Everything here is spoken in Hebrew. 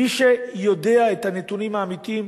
מי שיודע את הנתונים האמיתיים,